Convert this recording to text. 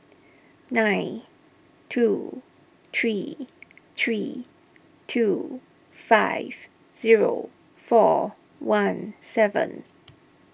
nine two three three two five zero four one seven